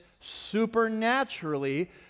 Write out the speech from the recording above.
supernaturally